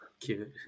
Cute